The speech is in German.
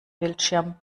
bildschirm